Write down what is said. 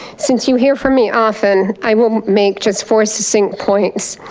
since you here from me often, i will make just four succinct points,